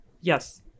Yes